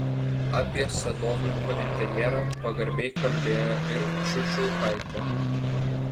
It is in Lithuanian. apie sadovniko interjerą pagarbiai kalbėjo ir čiučiulkaitė